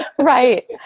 Right